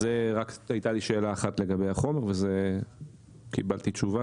אז רק הייתה לי שאלה אחת לגבי החומר וקיבלתי תשובה,